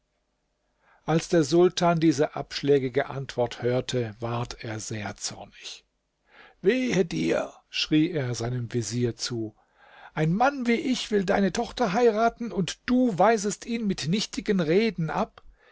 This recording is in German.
als der sultan diese abschlägige antwort hörte ward er sehr zornig wehe dir schrie er seinem vezier zu ein mann wie ich will deine tochter heiraten und du weisest ihn mit nichtigen reden ab